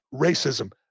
racism